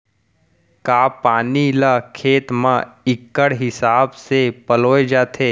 का पानी ला खेत म इक्कड़ हिसाब से पलोय जाथे?